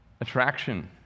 attraction